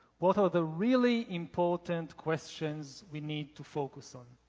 what are the really important questions we need to focus on.